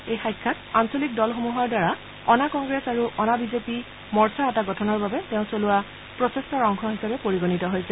এই সাক্ষাৎ আঞ্চলিক দলসমূহৰ দ্বাৰা অনাকংগ্ৰেছ আৰু অনাবিজেপি জোঁট এটা গঠনৰ বাবে তেওঁ চলোৱা প্ৰচেষ্টাৰ অংশ হিচাপে পৰিগণিত হৈছে